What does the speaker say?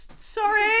Sorry